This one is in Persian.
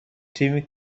تیمی